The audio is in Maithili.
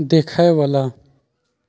देखएवला